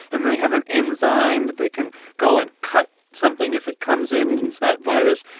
and then they have an enzyme that they can go and cut something if it comes in and it's that virus.